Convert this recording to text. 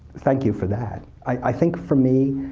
thank you for that. i think, for me,